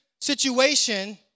situation